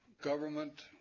government